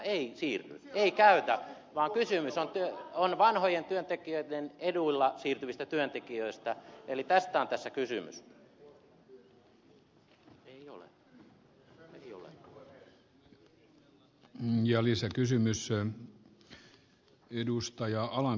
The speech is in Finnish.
ei siirry ei käytä vaan kysymys on vanhojen työntekijöiden eduilla siirtyvistä työntekijöistä eli tästä on tässä kysymys